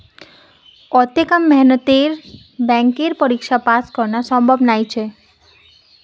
अत्ते कम मेहनतत बैंकेर परीक्षा पास करना संभव नई छोक